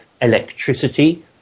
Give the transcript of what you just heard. electricity